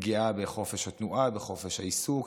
פגיעה בחופש התנועה, בחופש העיסוק.